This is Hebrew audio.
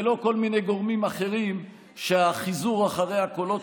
ולא כל מיני גורמים אחרים שהחיזור אחרי הקולות